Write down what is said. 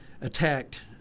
attacked